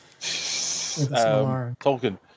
Tolkien